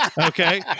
okay